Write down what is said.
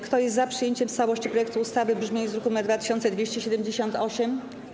Kto jest za przyjęciem w całości projektu ustawy w brzmieniu z druku nr 2278?